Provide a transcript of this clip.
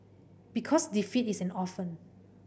because defeat is an orphan